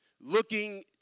looking